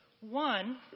One